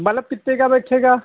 bulb कितने का बैठेगा